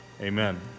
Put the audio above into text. amen